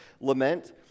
lament